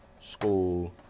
school